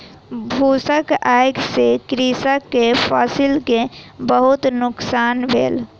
फूसक आइग से कृषक के फसिल के बहुत नुकसान भेल